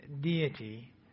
deity